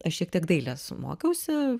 aš šiek tiek dailės mokiausi